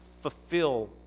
fulfill